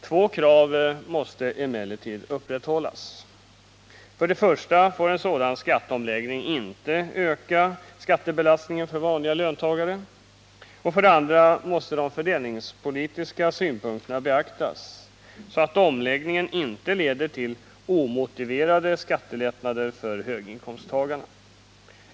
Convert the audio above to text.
Två krav måste emellertid upprätthållas. För det första får en sådan skatteomläggning inte öka skattebelastningen för vanliga löntagare. För det andra måste de fördelningspolitiska synpunkterna beaktas, så att omläggningen inte leder till omotiverade skattelättnader för höginkomsttagarna.